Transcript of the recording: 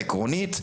העקרונית,